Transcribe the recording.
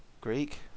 Greek